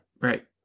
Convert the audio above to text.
Right